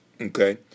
Okay